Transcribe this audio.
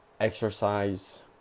exercise